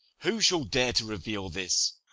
who shall dare to reveal this?